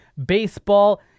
baseball